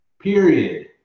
period